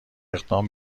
اقدام